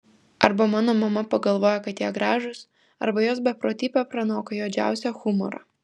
arba mano mama pagalvojo kad jie gražūs arba jos beprotybė pranoko juodžiausią humorą